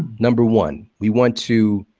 number one, we want to